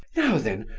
now then,